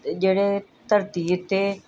ਅਤੇ ਜਿਹੜੇ ਧਰਤੀ ਉੱਤੇ